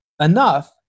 enough